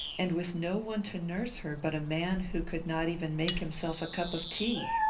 and with no one to nurse her but a man who could not even make himself a cup of tea!